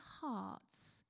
hearts